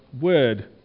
Word